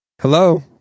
Hello